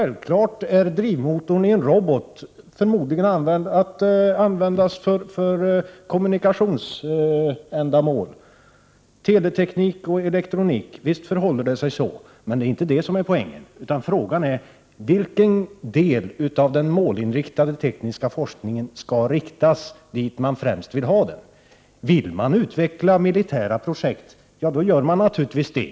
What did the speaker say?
Likaså är drivmotorn till en robot förmodligen användbar för kommunikationsändamål, teleteknik och elektronik. Men det är inte det som är poängen, utan frågan är: Vilken del av den tekniska forskningen skall inriktas dit man främst vill ha den? Vill man utveckla militära projekt, gör man naturligtvis det.